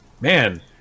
man